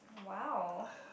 !wow!